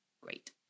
great